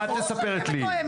מה את מספרת לי.